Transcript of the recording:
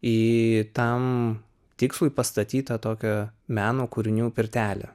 į tam tikslui pastatytą tokio meno kūrinių pirtelę